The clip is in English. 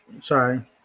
sorry